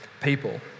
people